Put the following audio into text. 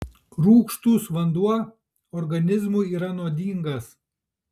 rūgštus vanduo organizmui yra nuodingas